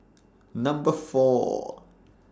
Number four